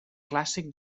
clàssic